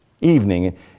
Evening